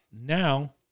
now